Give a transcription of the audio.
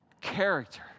Character